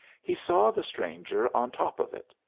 he saw the stranger on top of it.